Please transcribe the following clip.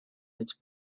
its